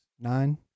Nine